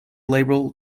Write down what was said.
label